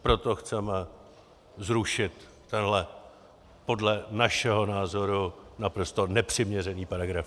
Proto chceme zrušit tenhle podle našeho názoru naprosto nepřiměřený paragraf.